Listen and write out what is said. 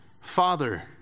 Father